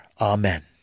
Amen